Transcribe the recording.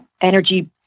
energy